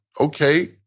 Okay